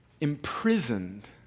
imprisoned